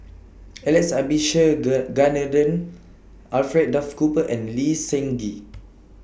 Alex Alfred Duff Cooper and Lee Seng Gee